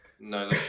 no